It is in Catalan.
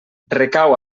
recau